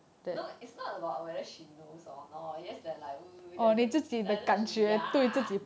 no it's not about whether she knows or not just that like mm we doesn't doesn't ya